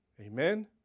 Amen